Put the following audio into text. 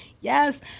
yes